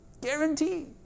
Guarantee